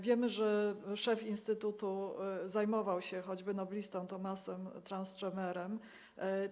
Wiemy, że szef instytutu zajmował się choćby noblistą Tomasem Tranströmerem.